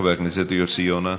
חבר הכנסת יוסי יונה,